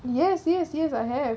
yes yes yes I have